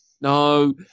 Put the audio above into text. no